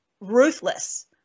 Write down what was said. ruthless